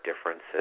differences